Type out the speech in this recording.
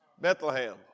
Bethlehem